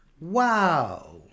Wow